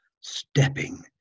stepping